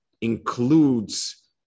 includes